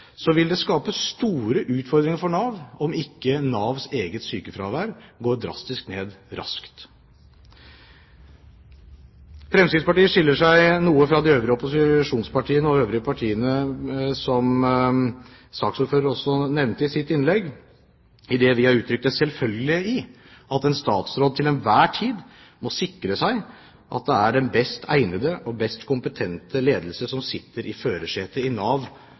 vil det skape store utfordringer for Nav om ikke Navs eget sykefravær går drastisk ned raskt. Fremskrittspartiet skiller seg noe fra de øvrige opposisjonspartiene og øvrige partiene, som saksordføreren også nevnte i sitt innlegg, idet vi har uttrykt det selvfølgelige i at en statsråd til enhver tid må sikre seg at det er den best egnede og best kompetente ledelse som sitter i førersetet i Nav